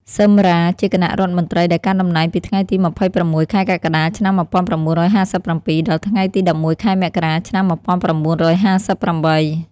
ស៊ឹម រ៉ា ជាគណៈរដ្ឋមន្ត្រីដែលកាន់តំណែងពីថ្ងៃទី ២៦ ខែកក្កដា ឆ្នាំ១៩៥៧ ដល់ថ្ងៃទី ១១ ខែមករា ឆ្នាំ១៩៥៨។